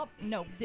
No